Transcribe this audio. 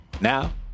Now